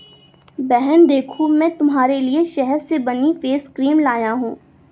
बहन देखो मैं तुम्हारे लिए शहद से बनी हुई फेस क्रीम लाया हूं